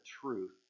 truth